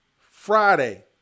Friday